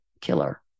killer